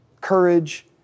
courage